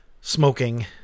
smoking